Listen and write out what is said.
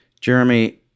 Jeremy